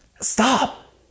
stop